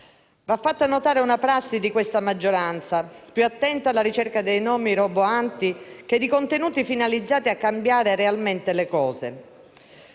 Va fatta notare una prassi di questa maggioranza, più attenta alla ricerca di titoli roboanti che di contenuti finalizzati a cambiare realmente le cose.